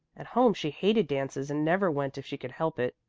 at home she hated dances and never went if she could help it,